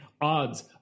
odds